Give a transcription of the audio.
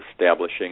establishing